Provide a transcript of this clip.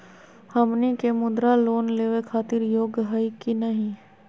हमनी के मुद्रा लोन लेवे खातीर योग्य हई की नही?